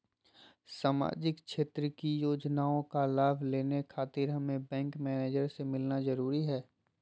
सामाजिक क्षेत्र की योजनाओं का लाभ लेने खातिर हमें बैंक मैनेजर से मिलना जरूरी है?